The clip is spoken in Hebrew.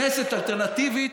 כנסת אלטרנטיבית.